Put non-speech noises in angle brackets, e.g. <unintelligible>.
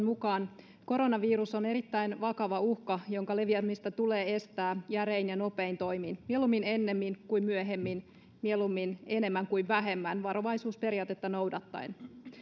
<unintelligible> mukaan koronavirus on erittäin vakava uhka jonka leviämistä tulee estää järein ja nopein toimin mieluummin ennemmin kuin myöhemmin mieluummin enemmän kuin vähemmän varovaisuusperiaatetta noudattaen